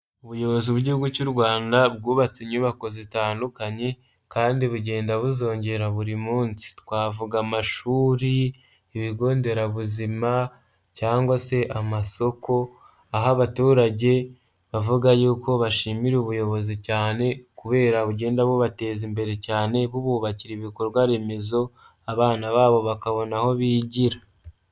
Ubuyobozi bw'igihugu cy'u Rwanda bwubatse inyubako zitandukanye kandi bugenda buzongera buri munsi. Twavuga amashuri, ibigo nderabuzima cyangwa se amasoko aho abaturage bavuga yuko bashimira ubuyobozi cyane kubera bugenda bubateza imbere cyane bububakira ibikorwa remezo, abana babo bakabona aho bigira.